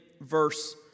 verse